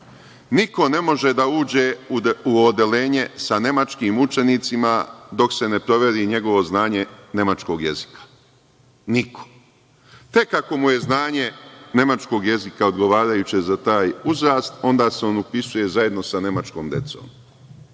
niko ne može da uđe u odeljenje sa nemačkim učenicima dok se ne proveri njegovo znanje nemačkog jezika, niko, tek ako mu je znanje nemačkog jezika odgovarajuće za taj uzrast, onda se on upisuje zajedno sa nemačkom decom,